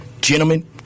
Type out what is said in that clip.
gentlemen